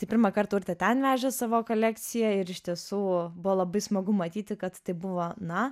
tai pirmą kartą urtė ten vežė savo kolekciją ir iš tiesų buvo labai smagu matyti kad tai buvo na